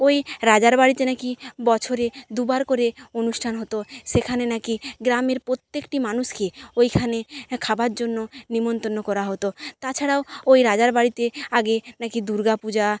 ওই রাজার বাড়িতে না কি বছরে দু বার করে অনুষ্ঠান হতো সেখানে না কি গ্রামের প্রত্যেকটি মানুষকে ওইখানে খাবার জন্য নেমন্তন্ন করা হতো তাছাড়াও ওই রাজার বাড়িতে আগে না কি দুর্গা পূজা